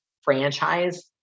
franchise